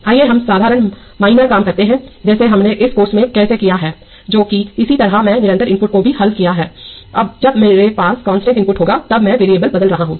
आइए हम साधारण माइनर काम करते हैं जैसे हमने इस कोर्स में कैसे किया है जो कि इसी तरह मैंने निरंतर इनपुट को भी हल किया जब जब मेरे पास कांस्टेंट इनपुट होगा तब मैं वेरिएबल बदल रहा हूँ